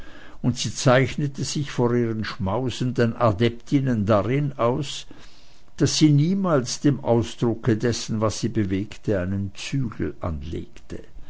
und sie zeichnete sich vor ihren schmausenden adeptinnen darin aus daß sie niemals dem ausdrucke dessen was sie bewegte einen zügel anlegte